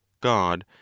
god